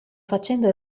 facendo